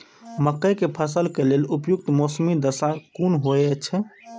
मके के फसल के लेल उपयुक्त मौसमी दशा कुन होए छै?